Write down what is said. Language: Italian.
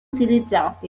utilizzati